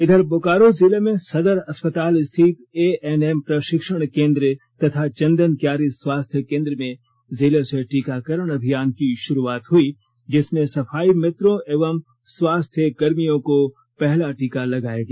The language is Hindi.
इधर बोकारो जिले में सदर अस्पताल स्थित ए एन एम प्रशिक्षण केंद्र तथा चंदनकियारी स्वास्थ्य केंद्र में जिले से टीकाकरण अभियान की शुरुआत हुई जिसमें सफाई मित्रों एवं स्वास्थ्य कर्मियों को पहला टीका लगाया गया